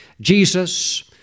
Jesus